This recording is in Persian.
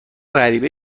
غریبه